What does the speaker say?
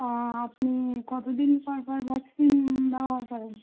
ও আপনি কত দিন পর পর ভ্যাক্সিন ব্যবহার করেন